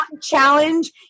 challenge